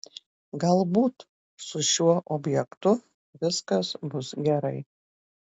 galbūt su šiuo objektu viskas bus gerai